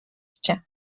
cię